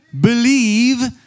believe